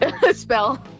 spell